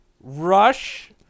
rush